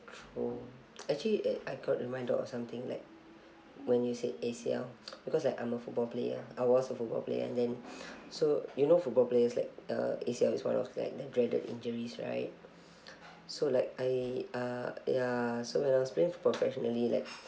oh actually eh I got reminded or something like when you said A_C_L because like I'm a football player I was a football player and then so you know football players like uh A_C_L is one of like the dreaded injuries right so like I uh ya so when I was playing football professionally like